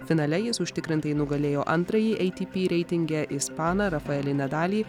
finale jis užtikrintai nugalėjo antrąjį atp reitinge ispaną rafaelį nedalį